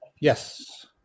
Yes